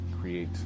create